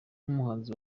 nk’umuhanzi